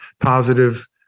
positive